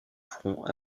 front